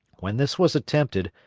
when this was attempted,